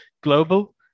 global